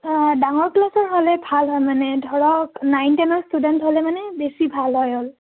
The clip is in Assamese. ডাঙৰ ক্লাছৰ হ'লে ভাল হয় মানে ধৰক নাইন টেনৰ ষ্টুডেণ্ট হ'লে মানে বেছি ভাল হয় হ'ল